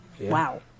wow